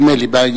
נדמה לי.